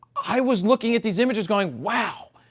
i was looking at these images going, wow.